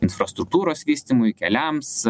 infrastruktūros vystymui keliams